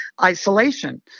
Isolation